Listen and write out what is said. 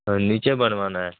اوہ نیچے بنوانا ہے